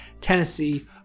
Tennessee